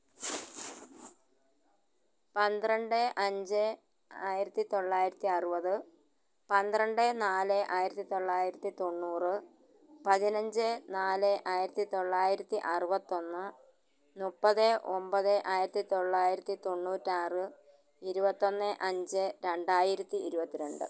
പന്ത്രണ്ട് അഞ്ച് ആയിരത്തി തൊള്ളായിരത്തി അറുപത് പന്ത്രണ്ട് നാല് ആയിരത്തിത്തൊള്ളായിരത്തിത്തൊണ്ണൂറ് പതിനഞ്ച് നാല് ആയിരത്തിത്തൊള്ളായിരത്തി അറുപത്തിയൊന്ന് മുപ്പത് ഒന്പത് ആയിരത്തിത്തൊള്ളായിരത്തി തൊണ്ണൂറ്റിയാറ് ഇരുപത്തൊന്ന് അഞ്ച് രണ്ടായിരത്തി ഇരുപത്തി രണ്ട്